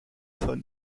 von